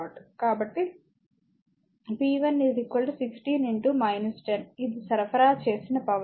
కాబట్టి p 1 16 10 ఇది సరఫరా చేసిన పవర్